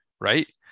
right